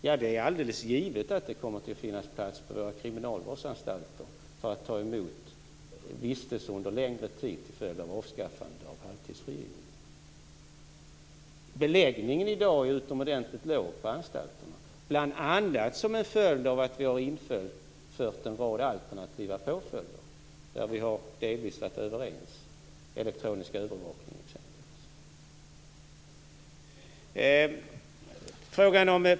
Ja, det är alldeles givet att det kommer att finnas plats på våra kriminalvårdsanstalter för att ta emot vistelser under längre tid till följd av avskaffande av halvtidsfrigivning. Beläggningen i dag är utomordentligt låg på anstalterna bl.a. som en följd av att vi har infört en rad alternativa påföljder där vi delvis har varit överens, t.ex. när det gäller elektronisk övervakning.